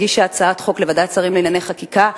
הגישה הצעת חוק לוועדת שרים לענייני חקיקה,